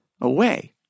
away